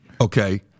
okay